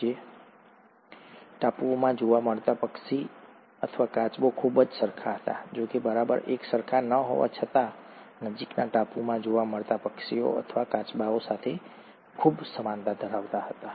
તેમ છતાં એક ટાપુમાં જોવા મળતું પક્ષી અથવા કાચબો ખૂબ જ સરખા હતા જોકે બરાબર એકસરખા ન હોવા છતાં નજીકના ટાપુમાં જોવા મળતાં પક્ષીઓ અથવા કાચબાઓ સાથે ખૂબ સમાનતા ધરાવતા હતા